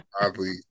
oddly